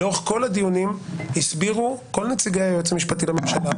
לאורך כל הדיונים הסבירו כל נציגי היועץ המשפטי לממשלה,